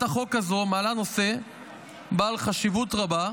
החוק הזו מעלה נושא בעל חשיבות רבה.